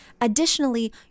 additionally